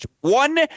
one